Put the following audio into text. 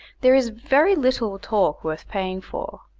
there is very little talk worth paying for.